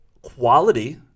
quality